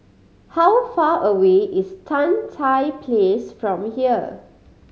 how far away is Tan Tye Place from here